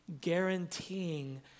guaranteeing